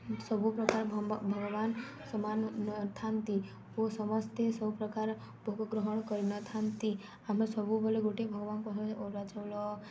ସବୁପ୍ରକାର ଭଗବାନ ସମାନ ନଥାନ୍ତି ଓ ସମସ୍ତେ ସବୁପ୍ରକାର ଭୋଗ ଗ୍ରହଣ କରିନଥାନ୍ତି ଆମେ ସବୁବେଳେ ଗୋଟେ ଭଗବାନଙ୍କ ପାଖରେ ଅରୁଆ ଚଉଳ